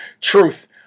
truth